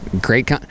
Great